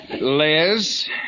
Liz